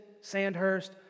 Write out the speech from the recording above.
Sandhurst